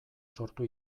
sortu